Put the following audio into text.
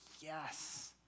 yes